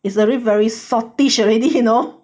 is already very saltish already you know